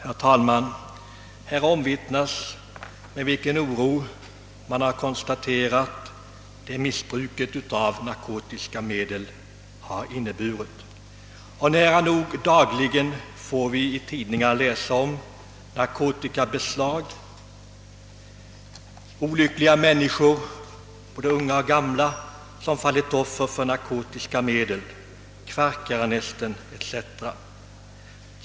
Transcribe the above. Herr talman! Här har omvittnats med vilken oro man konstaterat missbruket av narkotika. Nära nog dagligen får vi i tidningarna läsa om narkotikabeslag, om olyckliga människor — både unga och gamla — som fallit offer för narkotiska medel, om knarkarnästen 0. s. v.